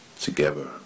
together